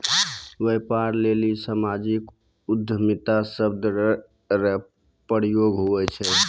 व्यापार लेली सामाजिक उद्यमिता शब्द रो प्रयोग हुवै छै